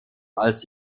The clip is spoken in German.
als